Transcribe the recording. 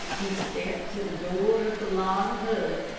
he stepped to the door of the log hut,